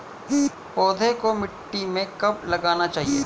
पौधे को मिट्टी में कब लगाना चाहिए?